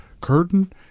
curtain